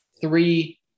three